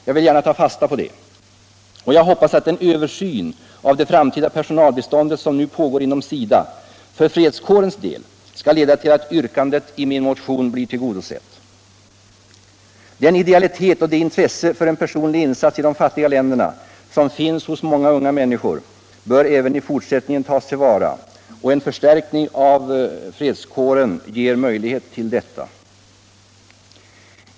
Jag vill gärna ta fasta på detta. Jag hoppas den översyn av det framtida personalbiståndet som nu pågår inom SIDA för fredskårens del skall leda till att yrkandet i min motion tillgodoses. Den idealitet och det intresse för en personlig insats i de fattiga länderna som finns hos många unga människor bör även i fortsättningen tas till vara. En förstärkning av fredskåren ger möjlighet till detta.